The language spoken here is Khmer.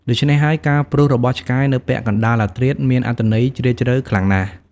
ដូច្នេះហើយ ការព្រុសរបស់ឆ្កែនៅពាក់កណ្តាលអធ្រាត្រមានអត្ថន័យជ្រាលជ្រៅខ្លាំងណាស់។